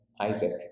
Isaac